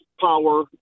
power